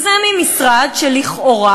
וזה משרד שלכאורה,